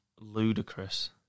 ludicrous